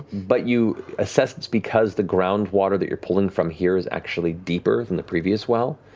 but you assess it's because the ground water that you're pulling from here is actually deeper than the previous well.